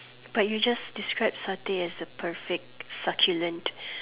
but you just describe stay as the perfect succulent